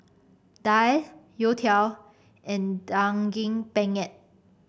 daal youtiao and Daging Penyet